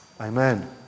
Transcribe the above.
Amen